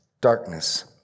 darkness